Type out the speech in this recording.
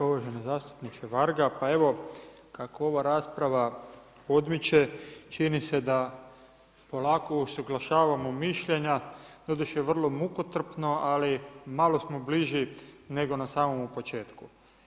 Uvaženi zastupniče Varga, pa evo kako ova rasprava omiče čini se da polako usuglašavamo mišljenja, doduše vrlo mukotrpno, ali malo smo bliži nego na samomu početku.